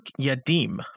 Yadim